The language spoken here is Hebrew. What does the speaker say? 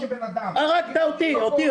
הרגת אותי.